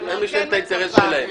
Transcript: להן יש את האינטרס שלהן.